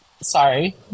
sorry